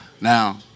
now